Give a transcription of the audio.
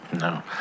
No